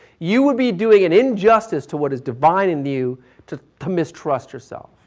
you would be doing an injustice to what is divine in you to to mistrust yourself.